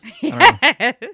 Yes